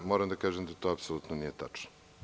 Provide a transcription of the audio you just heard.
Moram da kažem da to apsolutno nije tačno.